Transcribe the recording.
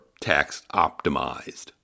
tax-optimized